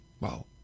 Wow